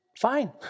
fine